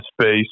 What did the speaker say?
space